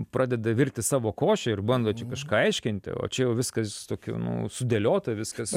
pradeda virti savo košę ir bando čia kažką aiškinti o čia jau viskas tokiu nu sudėliota viskas